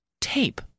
Tape